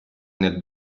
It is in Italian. nel